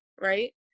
right